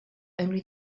only